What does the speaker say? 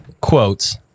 quotes